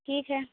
ٹھیک ہے